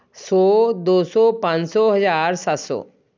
ਸੌ ਦੋ ਸੌ ਪੰਜ ਸੌ ਹਜ਼ਾਰ ਸੱਤ ਸੌ